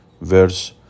Verse